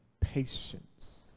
patience